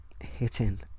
hitting